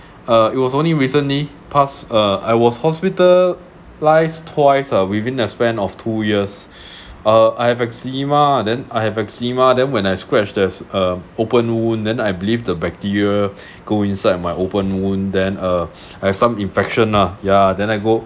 uh it was only recently passed uh I was hospitalised twice ah within the span of two years uh I have eczema then I have eczema then when I scratch there's a open wound then I believe the bacteria go inside my open wound then uh I have some infection lah yeah then I go